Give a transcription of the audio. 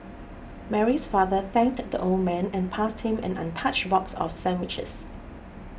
Mary's father thanked the old man and passed him an untouched box of sandwiches